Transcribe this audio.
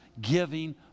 giving